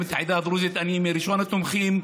את העדה הדרוזית אני מראשון התומכים.